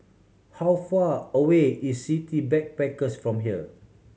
how far away is City Backpackers from here